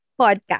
podcast